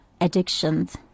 addictions